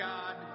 God